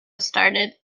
started